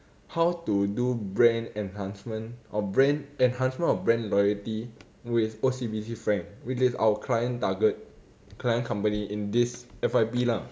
how to do brand enhancement or brand enhancement of brand loyalty with O_C_B_C frank which is our client target our client company in this F_Y_P lah